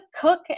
cook